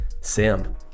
Sam